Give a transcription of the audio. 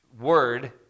word